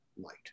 light